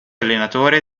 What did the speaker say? allenatore